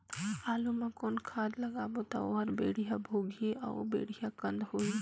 आलू मा कौन खाद लगाबो ता ओहार बेडिया भोगही अउ बेडिया कन्द होही?